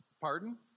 Pardon